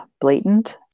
blatant